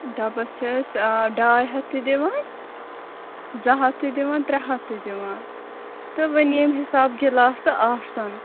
ڈَبس چھِ أسۍ اۭں ڈاے ہتھ تہِ دِوان زٕ ہتھ تہِ دِوان ترٛےٚ ہتھ تہِ دِوان تہٕ وۄنۍ ییٚمہِ حِساب گِلاسہٕ آسن